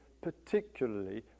particularly